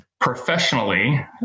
professionally